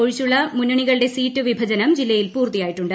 ഒഴിച്ചുള്ള മുന്നണികളുടെ സീറ്റ് വിഭജനം ജില്ലയിൽ പൂർത്തിയായിട്ടുണ്ട്